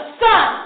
sun